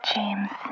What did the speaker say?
James